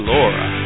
Laura